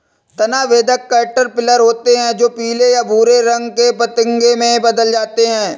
तना बेधक कैटरपिलर होते हैं जो पीले या भूरे रंग के पतंगे में बदल जाते हैं